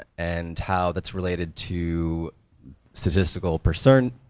and how that's related to statistical percentages,